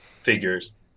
figures